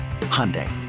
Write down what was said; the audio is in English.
Hyundai